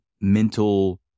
mental